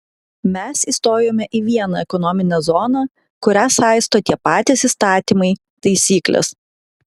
mes įstojome į vieną ekonominę zoną kurią saisto tie patys įstatymai taisyklės